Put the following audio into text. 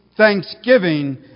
Thanksgiving